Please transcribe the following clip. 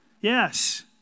Yes